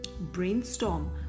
Brainstorm